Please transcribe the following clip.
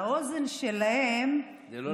לאוזן שלהם, זה לא נעם.